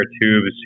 tubes